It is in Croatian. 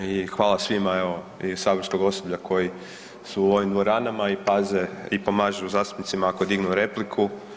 I hvala svima evo iz saborskog osoblja koji su u ovim dvoranama i paze i pomažu zastupnicima ako dignu repliku.